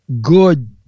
good